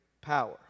power